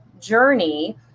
journey